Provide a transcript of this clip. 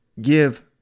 give